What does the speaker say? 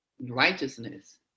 righteousness